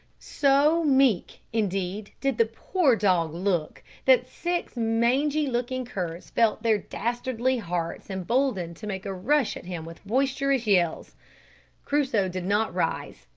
so meek, indeed, did the poor dog look, that six mangy-looking curs felt their dastardly hearts emboldened to make a rush at him with boisterous yells. crusoe did not rise.